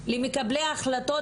למקבלי ההחלטות,